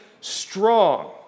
strong